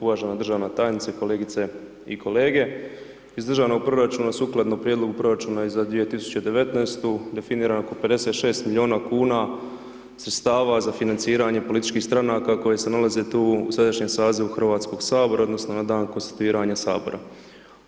Uvažena državna tajnice, kolegice i kolege, iz državnog proračuna sukladno prijedlogu proračuna i za 2019.-tu definirano oko 56 milijuna kuna sredstava za financiranje političkih stranaka koje se nalaze tu u sadašnjem sazivu HS odnosno na dan konstituiranja HS.